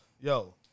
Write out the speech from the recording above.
yo